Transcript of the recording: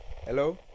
Hello